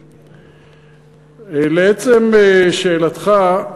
1 3. לעצם שאלתך,